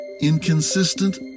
inconsistent